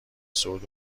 صعود